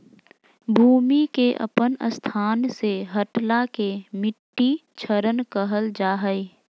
भूमि के अपन स्थान से हटला के मिट्टी क्षरण कहल जा हइ